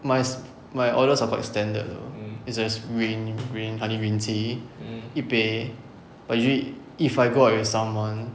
my my orders are quite standard is as green green honey green tea 一杯 but usually if I go out with someone